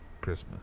Christmas